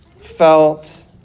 felt